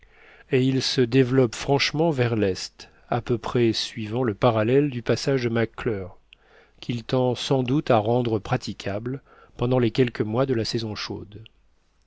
et il se développe franchement vers l'est à peu près suivant le parallèle du passage de mac clure qu'il tend sans doute à rendre praticable pendant les quelques mois de la saison chaude